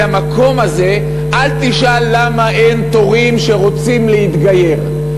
למקום הזה, אל תשאל למה אין תורים שרוצים להתגייר.